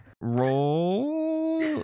Roll